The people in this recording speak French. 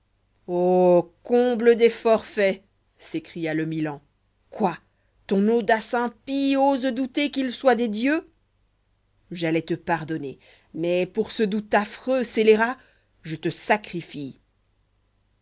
comble das forfaits s'écria le milan quoi ton audace impie ose douter qu'il soit des dieux j'pllois te pardonner mais pour ce doute affreux scélérat je te sacrifie